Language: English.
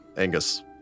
Angus